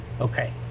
Okay